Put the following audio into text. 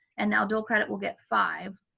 and now dual credit will get five,